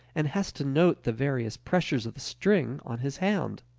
and has to note the various pressures of the string on his hand.